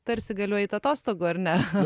tarsi galiu eit atostogų ar ne